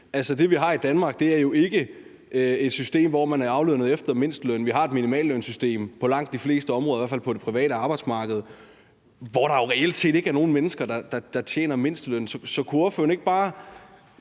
Altså, i Danmark har vi jo ikke et system, hvor man er aflønnet efter mindstelønnen. Vi har et minimallønsystem på langt de fleste områder, i hvert fald på det private arbejdsmarked, hvor der jo reelt set ikke er nogen mennesker, der tjener mindstelønnen. Så kunne ordføreren ikke bare